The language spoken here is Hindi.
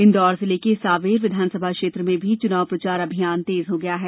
इंदौर जिले के सांवेर विधानसभा क्षेत्र में भी चुनाव प्रचार अभियान तेज हो गया है